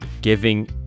giving